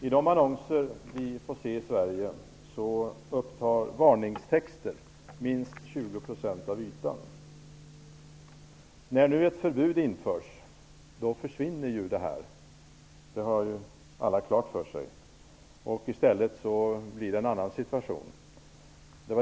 I de annonser som vi får se i Sverige upptar varningstexten minst 20 % av ytan. Med ett förbud försvinner den möjligheten. Det har alla klart för sig. I stället blir det en annan situation.